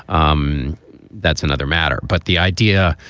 um that's another matter. but the idea,